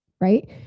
Right